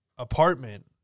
apartment